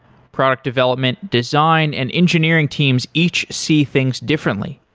product development, design and engineering teams each see things differently.